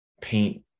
paint